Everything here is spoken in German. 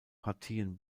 partien